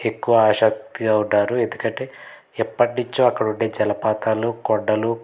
ఎక్కువ ఆశక్తిగా ఉన్నాను ఎందుకంటే ఎప్పటి నుంచో అక్కడ ఉండే జలపాతాలు కొండలు